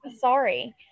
sorry